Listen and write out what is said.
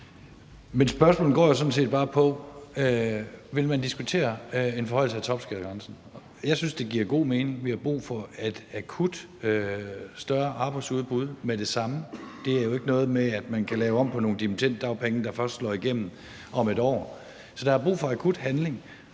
Mit spørgsmål går sådan set bare på, om man vil diskutere en forhøjelse af topskattegrænsen. Jeg synes, det giver god mening. Vi har akut brug for et større arbejdsudbud, og det er jo ikke noget med, at man kan lave om på nogle dimittenddagpenge, der først slår igennem om et år. Så der er brug for akut handling,